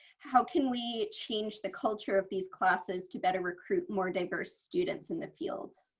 how can we change the culture of these classes to better recruit more diverse students in the field?